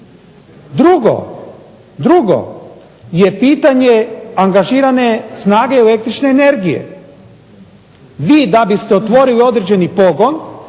Drugo je pitanje angažirane snage električne energije. Vi da biste otvorili određeni pogon